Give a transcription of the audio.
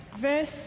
verse